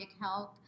health